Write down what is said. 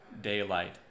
daylight